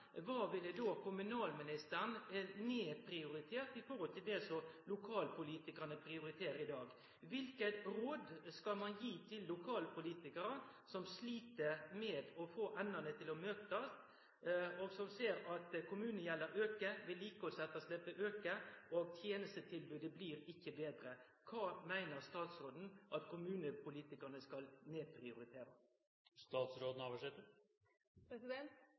kva ville då kommunalministeren ha nedprioritert i forhold til det som lokalpolitikarane prioriterer i dag? Kva for råd skal ein gi til lokalpolitikarar som slit med å få endane til å møtast, og som ser at kommunegjelda aukar, at vedlikehaldsetterslepet aukar og at tenestetilbodet ikkje blir betre? Kva meiner statsråden at kommunepolitikarane skal